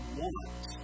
want